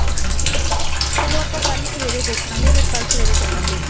ਹਾਂਜੀ ਚਲੋ ਆਪਾਂ ਕੱਲ੍ਹ ਸਵੇਰੇ ਦੇਖਾਂਗੇ ਫਿਰ ਕੱਲ੍ਹ ਸਵੇਰੇ ਚੱਲਾਂਗੇ